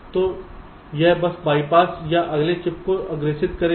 तो यह बस बाईपास या अगले चिप को अग्रेषित करेगा